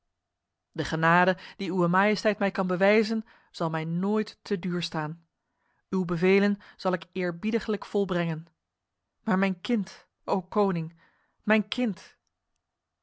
de genade die uwe majesteit mij kan bewijzen zal mij nooit te duur staan uw bevelen zal ik eerbiediglijk volbrengen maar mijn kind o koning mijn kind